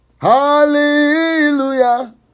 Hallelujah